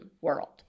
world